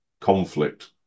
conflict